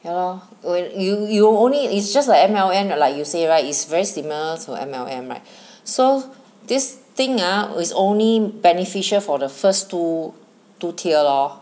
ya lor you you you only it's just like M_L_M and like you say right is very similar to M_L_M right so this thing ah is only beneficial for the first two two tier lor